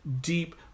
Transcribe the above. deep